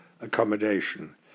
accommodation